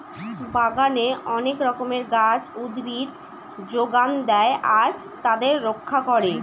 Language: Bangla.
বাগানে অনেক রকমের গাছ, উদ্ভিদ যোগান দেয় আর তাদের রক্ষা করে